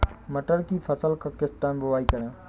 मटर की फसल का किस टाइम बुवाई करें?